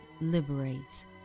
liberates